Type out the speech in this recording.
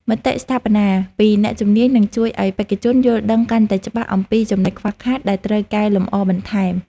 មតិស្ថាបនាពីអ្នកជំនាញនឹងជួយឱ្យបេក្ខជនយល់ដឹងកាន់តែច្បាស់អំពីចំណុចខ្វះខាតដែលត្រូវកែលម្អបន្ថែម។